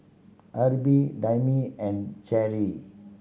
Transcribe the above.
Erby Dayami and Cheri